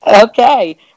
Okay